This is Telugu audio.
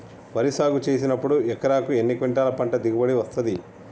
వరి సాగు చేసినప్పుడు ఎకరాకు ఎన్ని క్వింటాలు పంట దిగుబడి వస్తది?